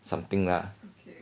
something lah